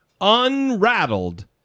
Unrattled